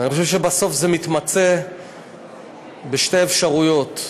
ואני חושב שבסוף זה מתמצה בשתי אפשרויות: